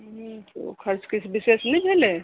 ओ खर्च किछु विशेष नहि भेलै